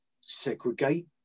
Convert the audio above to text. segregate